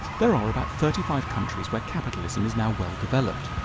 there are about thirty five countries where capitalism is now well developed.